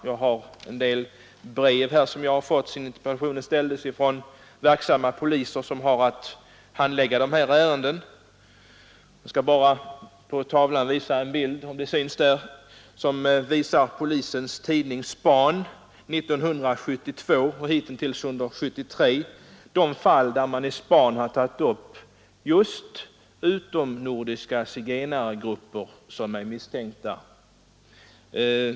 Jag har här en del brev som jag har fått, sedan interpellationen framställdes, från verksamma poliser som har att handlägga dessa ärenden. På bildskärmen visar jag en sammanställning av de fall som polisens tidning Span 1972 och hittills under 1973 har tagit upp just beträffande utomnordiska zigenargrupper som är misstänkta.